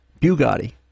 Bugatti